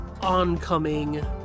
oncoming